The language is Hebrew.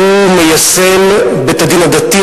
בית-הדין הדתי,